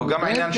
רבני השכונות.